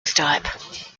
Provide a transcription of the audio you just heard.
stipe